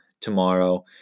tomorrow